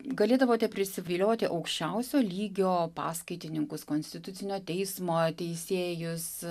galėdavote prisivilioti aukščiausio lygio paskaitininkus konstitucinio teismo teisėjus